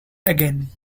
again